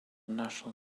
national